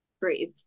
breathe